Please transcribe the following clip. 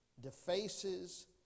defaces